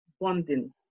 bonding